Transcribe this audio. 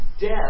death